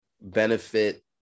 benefit